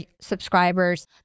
subscribers